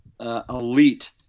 Elite